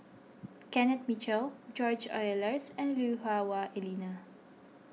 Kenneth Mitchell George Oehlers and Lui Hah Wah Elena